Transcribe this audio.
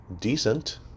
decent